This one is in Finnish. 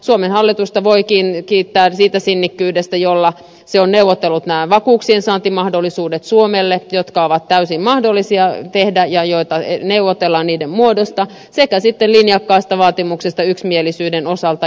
suomen hallitusta voikin kiittää siitä sinnikkyydestä jolla se on neuvotellut suomelle nämä vakuuksien saantimahdollisuudet jotka ovat täysin mahdollisia tehdä ja joiden muodosta neuvotellaan sekä linjakkaista vaatimuksista yksimielisyyden osalta